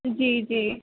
جی جی